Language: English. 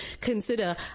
consider